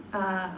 uh